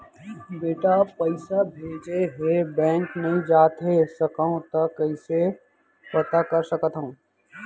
बेटा पइसा भेजे हे, बैंक नई जाथे सकंव त कइसे पता कर सकथव?